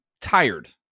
tired